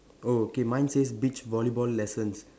oh okay mine says beach volleyball lessons